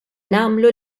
nagħmlu